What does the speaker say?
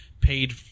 paid